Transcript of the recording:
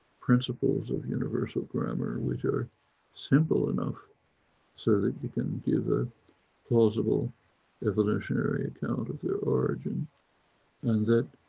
principles of universal grammar, which are simple enough so that you can give a plausible evolutionary account of the origin and that